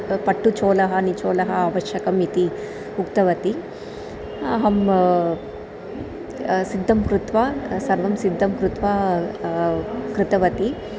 पट्टु चोलः निचोलः आवश्यकम् इति उक्तवती अहं सिद्धं कृत्वा सर्वं सिद्धं कृत्वा कृतवती